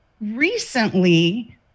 recently